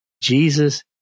Jesus